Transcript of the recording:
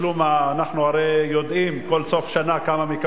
אנחנו הרי יודעים כל סוף שנה כמה מקבלים.